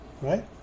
Right